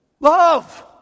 Love